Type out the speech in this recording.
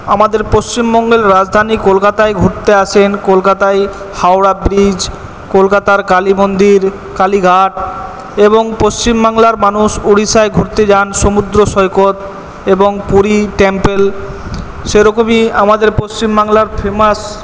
আমাদের পশ্চিমবঙ্গের রাজধানী কলকাতায় ঘুরতে আসেন কলকাতায় হাওড়া ব্রিজ কলকাতার কালীমন্দির কালীঘাট এবং পশ্চিমবাংলার মানুষ উড়িষ্যায় ঘুরতে যান সমুদ্র সৈকত এবং পুরীর টেম্পল সে রকমই আমাদের পশ্চিমবাংলার ফেমাস